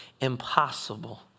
impossible